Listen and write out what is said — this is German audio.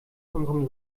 unserem